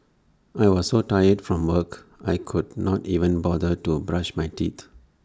I was so tired from work I could not even bother to brush my teeth